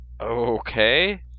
Okay